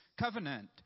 covenant